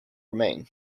remain